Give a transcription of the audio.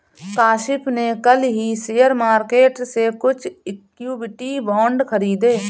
काशिफ़ ने कल ही शेयर मार्केट से कुछ इक्विटी बांड खरीदे है